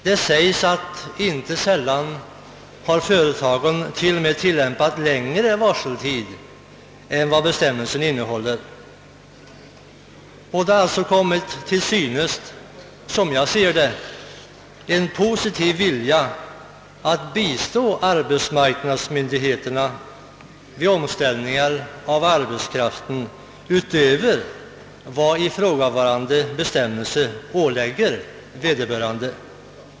Det säges att företagen inte sällan t.o.m. har tillämpat längre varseltid än enligt bestämmelsen. Enligt min mening har det visats en positiv vilja att bistå arbetsmarknadsmyndigheterna vid omställning av arbetskraften utöver vad ifrågavarande bestämmelser ålägger vederbörande.